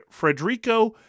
Frederico